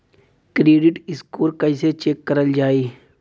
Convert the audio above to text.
Credit score कइसे check करल जायी?